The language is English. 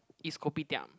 is Kopitiam